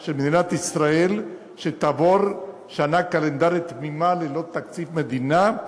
של מדינת ישראל שתעבור שנה קלנדרית תמימה ללא תקציב מדינה,